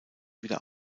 wieder